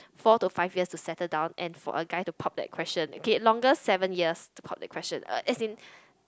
four to five years to settle down and for a guy to pop that question okay longest seven years to pop that question uh as in